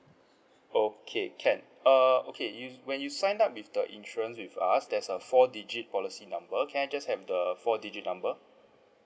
okay can uh okay you when you sign up with the insurance with us there's a four digit policy number can I just have the four digit number